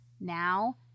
now